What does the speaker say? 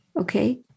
Okay